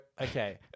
Okay